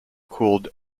cooled